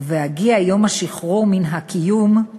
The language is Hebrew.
// ובהגיע יום השחרור מן הקיום /